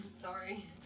Sorry